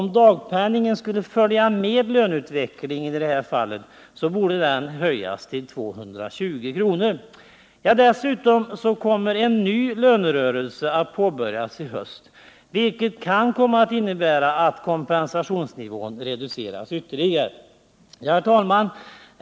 Om dagpenningen skulle följa med löneutvecklingen borde den höjas till 220 kr. Dessutom kommer en ny lönerörelse att påbörjas i höst, vilket kan komma att innebära att kompensationsnivån sänks ytterligare. Herr talman!